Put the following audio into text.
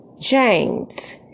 James